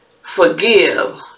forgive